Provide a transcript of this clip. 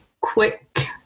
quick